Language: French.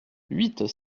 huit